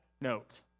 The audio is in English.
note